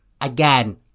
Again